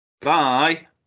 Bye